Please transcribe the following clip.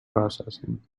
processing